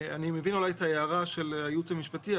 אני מבין אולי את ההערה של הייעוץ המשפטי,